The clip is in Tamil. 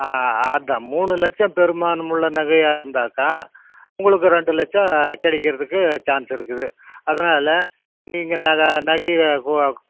ஆ ஆ அதான் மூணு லட்சம் பெறுமானமுள்ள நகையாக இருந்தாத்தான் உங்களுக்கு ரெண்டு லட்சம் கிடைக்கிறதுக்கு சான்ஸ் இருக்குது அதனால் நீங்கள் நகையை